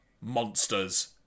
monsters